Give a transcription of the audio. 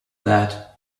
that